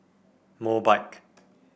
Mobike